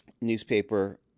newspaper